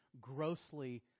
grossly